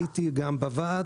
הייתי בוועד,